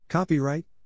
Copyright